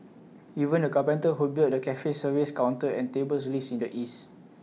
even the carpenter who built the cafe's service counter and tables lives in the east